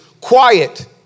quiet